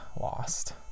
lost